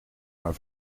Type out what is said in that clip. maar